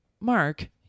Mark